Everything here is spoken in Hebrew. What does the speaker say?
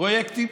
פרויקטים,